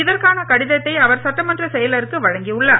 இதற்கான கடிதத்தை அவர் சட்டமன்ற செயலருக்கு வழங்கியுள்ளார்